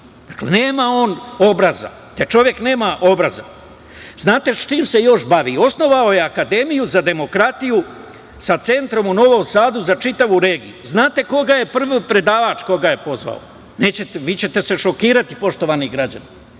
Dakle, nema on obraza, taj čovek nema obraza. Znate sa čim se još bavi? Osnovao je Akademiju za demokratiju sa centrom u Novom Sadu za čitavu regiju. Znate li koga je pozvao za predavača? Vi ćete se šokirati, poštovani građani.